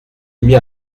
mit